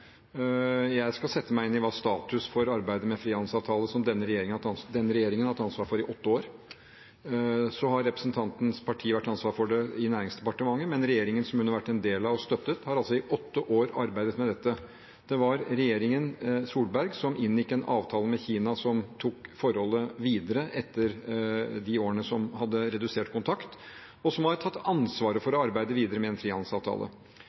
Jeg skal sette meg inn i hva som er status for arbeidet med frihandelsavtalen, som den regjeringen har hatt ansvaret for i åtte år. Representantens parti har hatt ansvar for det i Næringsdepartementet, men regjeringen som hun har vært en del av og støttet, har altså i åtte år arbeidet med dette. Det var regjeringen Solberg som inngikk en avtale med Kina – som tok forholdet videre etter årene med redusert kontakt – og som har tatt ansvaret for å arbeide videre med en frihandelsavtale.